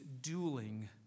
dueling